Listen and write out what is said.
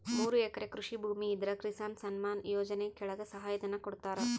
ಮೂರು ಎಕರೆ ಕೃಷಿ ಭೂಮಿ ಇದ್ರ ಕಿಸಾನ್ ಸನ್ಮಾನ್ ಯೋಜನೆ ಕೆಳಗ ಸಹಾಯ ಧನ ಕೊಡ್ತಾರ